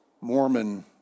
Mormon